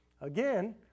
again